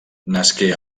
nasqué